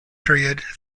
period